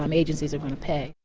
um agencies are going to pay.